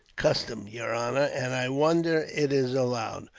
custom, yer honor, and i wonder it is allowed.